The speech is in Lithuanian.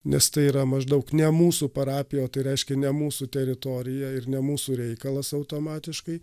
nes tai yra maždaug ne mūsų parapija o tai reiškia ne mūsų teritorija ir ne mūsų reikalas automatiškai